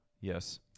Yes